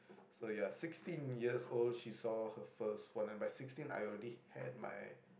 so ya sixteen years old she saw her first phone by sixteen years old I already had my